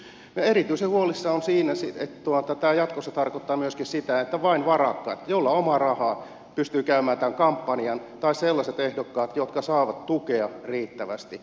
erityisen huolissani olen siitä että jatkossa tämä tarkoittaa myöskin sitä että vain varakkaat joilla on omaa rahaa pystyvät käymään tämän kampanjan tai sellaiset ehdokkaat jotka saavat tukea riittävästi